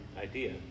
idea